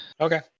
Okay